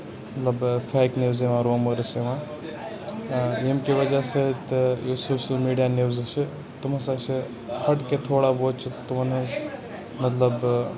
مطلب fake news یِوان مطلب روٗمٲرٕس یِوان ییٚمہِ کہِ وجہہ سۭتۍ یُس یُس یِم میٖڈیا نِوٕز چھِ تمو سۭتۍ چھُ ہَٹکے تھوڑا بہت چھُ تمَن منٛز مطلب